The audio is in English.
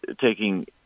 taking